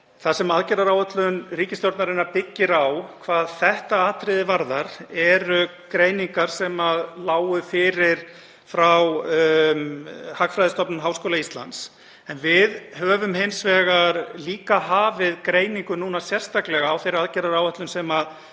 Það sem aðgerðaáætlun ríkisstjórnarinnar byggir á hvað þetta atriði varðar eru greiningar sem lágu fyrir frá Hagfræðistofnun Háskóla Íslands en við höfum hins vegar líka hafið greiningu núna sérstaklega á þeirri aðgerðaáætlun sem